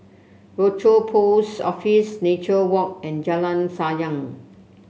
Rochor Post Office Nature Walk and Jalan Sayang